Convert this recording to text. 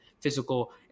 physical